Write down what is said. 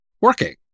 working